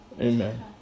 Amen